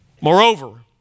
Moreover